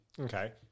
Okay